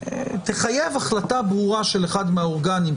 תחייב החלטה ברורה של אחד מהאורגנים,